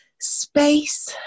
space